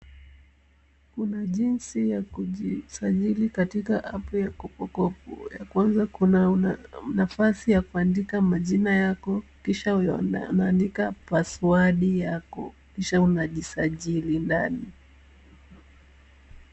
Kuna jinsi ya kujisajili katika apu ya kopokopo ya kwanza kuna nafasi ya kuandika majina yako kisha unaandika pasiwadi yako kisha unajisajili ndani.